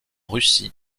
russie